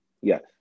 yes